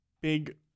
big